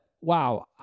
wow